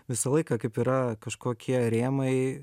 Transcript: visą laiką kaip yra kažkokie rėmai